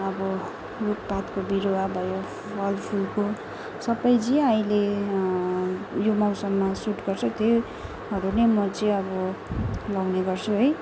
अब रूखपातको बिरूवा भयो फल फुलको सबै जे अहिले यो मौसममा सुट गर्छ त्यहीहरू नै म चाहिँ अब लाउने गर्छु है